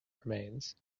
remains